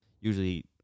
Usually